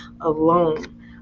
alone